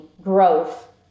growth